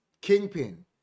Kingpin